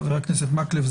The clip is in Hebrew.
חבר הכנסת מקלב,